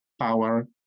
power